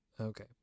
Okay